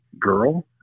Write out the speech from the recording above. girl